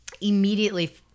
immediately